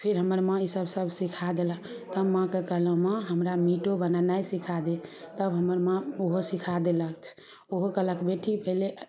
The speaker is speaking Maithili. फेर हमर माँ ई सब सब सीखा देलक तब माँके कहलहुॅं माँ हमरा मीटो बनेनाइ सीखा दे तब हमर माँ ओहो सीखा देलक ओहो कहलक बेटी पहिले